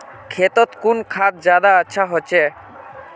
खेतोत कुन खाद ज्यादा अच्छा होचे?